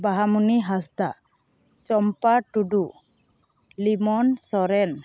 ᱵᱟᱦᱟᱢᱩᱱᱤ ᱦᱟᱸᱥᱫᱟᱜ ᱪᱚᱢᱯᱟ ᱴᱩᱰᱩ ᱞᱤᱢᱚᱱ ᱥᱚᱨᱮᱱ